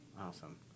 Awesome